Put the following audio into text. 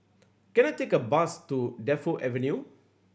can I take a bus to Defu Avenue